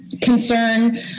concern